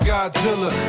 Godzilla